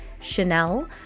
Chanel